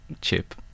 chip